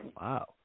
Wow